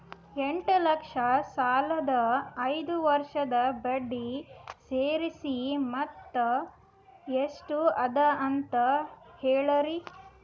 ಎಂಟ ಲಕ್ಷ ಸಾಲದ ಐದು ವರ್ಷದ ಬಡ್ಡಿ ಸೇರಿಸಿ ಮೊತ್ತ ಎಷ್ಟ ಅದ ಅಂತ ಹೇಳರಿ?